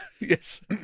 yes